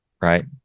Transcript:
right